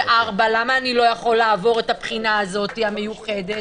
למה אני לא יכול לעבור את הבחינה הזאת המיוחדת?